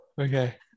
Okay